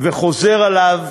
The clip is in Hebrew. וחוזר עליו